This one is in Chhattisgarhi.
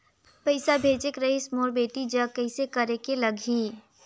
पइसा भेजेक रहिस मोर बेटी जग कइसे करेके लगही?